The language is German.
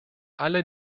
alle